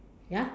ya